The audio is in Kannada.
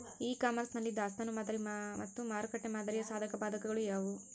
ಇ ಕಾಮರ್ಸ್ ನಲ್ಲಿ ದಾಸ್ತನು ಮಾದರಿ ಮತ್ತು ಮಾರುಕಟ್ಟೆ ಮಾದರಿಯ ಸಾಧಕಬಾಧಕಗಳು ಯಾವುವು?